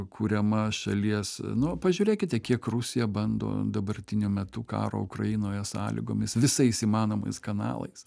kuriama šalies nu pažiūrėkite kiek rusija bando dabartiniu metu karo ukrainoje sąlygomis visais įmanomais kanalais